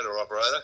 operator